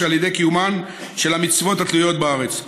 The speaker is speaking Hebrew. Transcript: על ידי קיומן של המצוות התלויות בארץ,